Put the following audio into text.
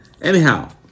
Anyhow